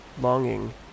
longing